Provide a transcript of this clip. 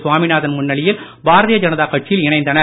சுவாமிநாதன் முன்னிலையில் பாரதீய ஜனதா கட்சியில் இணைந்தனர்